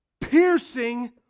Piercing